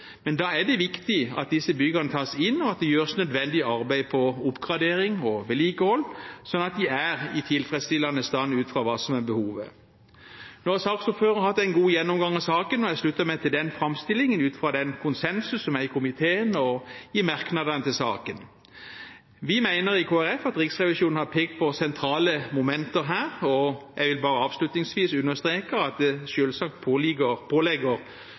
men da er det viktig at disse byggene tas inn, og at det gjøres nødvendig arbeid når det gjelder oppgradering og vedlikehold, sånn at de er i tilfredsstillende stand ut fra hva som er behovet. Nå har saksordføreren hatt en god gjennomgang av saken, og jeg slutter meg til den framstillingen ut fra den konsensus som er i komiteen og i merknadene til saken. Vi mener i Kristelig Folkeparti at Riksrevisjonen har pekt på sentrale momenter her. Jeg vil bare avslutningsvis understreke at det selvsagt påligger